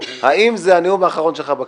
האם זה הנאום האחרון שלך בכנסת?